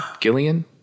Gillian